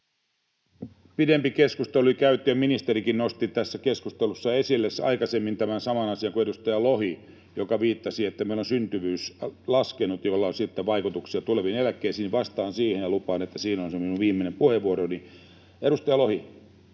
Pidempi keskustelu oli käyty, ja ministerikin nosti tässä keskustelussa esille aikaisemmin tämän saman asian kuin edustaja Lohi, joka viittasi, että meillä on syntyvyys laskenut, millä on sitten vaikutuksia tuleviin eläkkeisiin. Vastaan siihen ja lupaan, että siinä on se minun viimeinen puheenvuoroni. Edustaja Lohi,